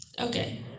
Okay